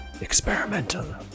Experimental